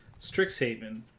Strixhaven